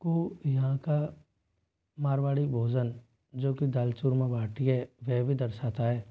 को यहाँ का मारवाड़ी भोजन जो कि दाल चूरमा बाटी है वह भी दर्शाता है